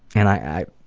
and i